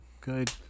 good